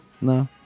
no